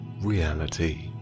reality